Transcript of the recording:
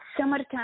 Summertime